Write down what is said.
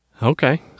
Okay